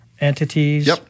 entities